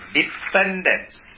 dependence